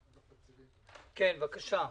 בבקשה.